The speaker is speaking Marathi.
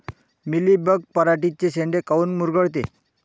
मिलीबग पराटीचे चे शेंडे काऊन मुरगळते?